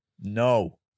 No